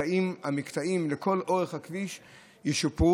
והמקטעים לכל אורך הכביש ישופרו,